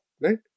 right